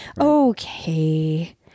Okay